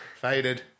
Faded